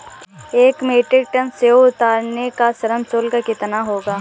एक metric ton सेव उतारने का श्रम शुल्क कितना होगा?